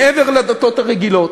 מעבר לדתות הרגילות.